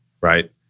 right